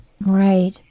Right